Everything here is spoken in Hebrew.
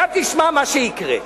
עכשיו תשמע מה יקרה.